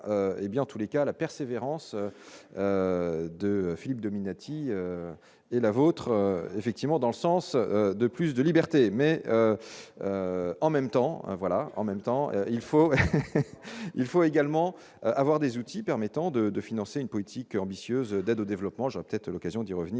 hé bien, en tous les cas, la persévérance de Philippe Dominati et la vôtre effectivement dans le sens de plus de liberté, mais en même temps, voilà en même temps il faut il faut également avoir des outils permettant de de financer une politique ambitieuse d'aide au développement je peut-être à l'occasion d'y revenir